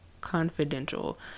confidential